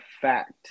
fact